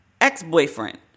ex-boyfriend